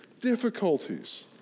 difficulties